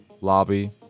lobby